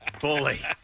Bully